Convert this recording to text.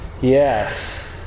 yes